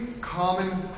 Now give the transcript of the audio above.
common